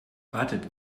wartet